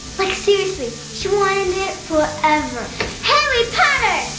like seriously, she wanted it forever. harry potter